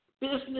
business